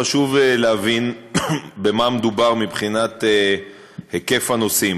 חשוב להבין במה מדובר מבחינת היקף הנוסעים.